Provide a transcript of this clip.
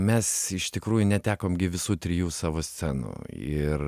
mes iš tikrųjų netekom gi visų trijų savo scenų ir